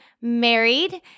married